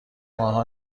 ماها